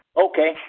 Okay